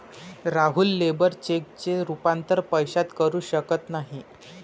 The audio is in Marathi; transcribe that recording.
राहुल लेबर चेकचे रूपांतर पैशात करू शकत नाही